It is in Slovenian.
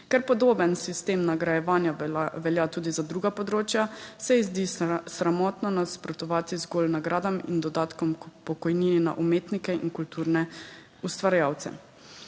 (nadaljevanje) nagrajevanja velja tudi za druga področja, se ji zdi sramotno nasprotovati zgolj nagradam in dodatkom k pokojnini na umetnike in kulturne ustvarjalce.